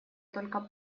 только